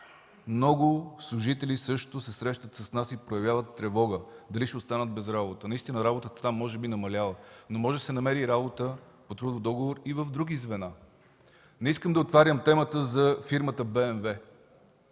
Много служители се срещат с нас и също проявяват тревога дали ще останат без работа. Наистина работата там е намаляла. Може би да се намери работа на трудов договор в други звена? Не искам да отварям темата за фирмата „Бе